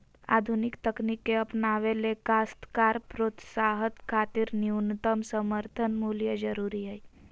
आधुनिक तकनीक के अपनावे ले काश्तकार प्रोत्साहन खातिर न्यूनतम समर्थन मूल्य जरूरी हई